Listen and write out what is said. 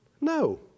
No